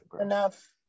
enough